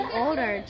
older